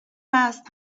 است